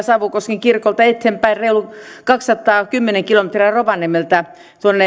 savukosken kirkolta eteenpäin reilu kaksisataakymmentä kilometriä rovaniemeltä